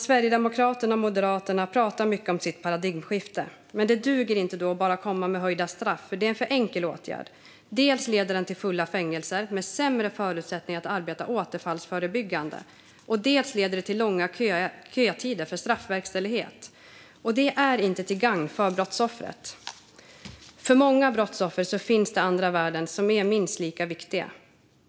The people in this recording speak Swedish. Sverigedemokraterna och Moderaterna pratar mycket om sitt paradigmskifte, men det duger inte att bara komma med höjda straff. Det är en för enkel åtgärd. Den leder dels till fulla fängelser och sämre förutsättningar att arbeta återfallsförebyggande, dels till långa kötider för straffverkställighet. Och det är inte till gagn för brottsoffret. För många brottsoffer finns det andra värden som är minst lika viktiga.